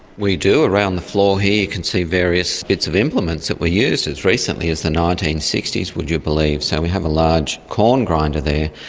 we do. around the floor here you can see various bits of implements that were used, as recently as the nineteen sixty s would you believe. so we have a large corn grinder there,